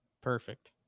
Perfect